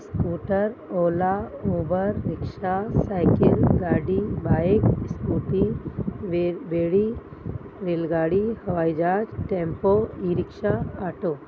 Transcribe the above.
scooter Ola Uber rickshaw cycle गाॾी bike scooty बे बेड़ी बेलगाड़ी हवाई जहाज टैम्पू ई रिक्शा ऑटो